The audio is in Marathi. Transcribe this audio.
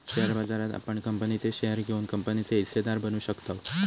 शेअर बाजारात आपण कंपनीचे शेअर घेऊन कंपनीचे हिस्सेदार बनू शकताव